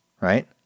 right